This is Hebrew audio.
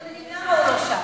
אבל אם הוא לא יהיה שם,